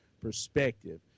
perspective